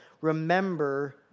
remember